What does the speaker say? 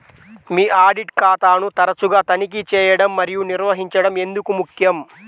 మీ audit ఖాతాను తరచుగా తనిఖీ చేయడం మరియు నిర్వహించడం ఎందుకు ముఖ్యం?